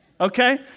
Okay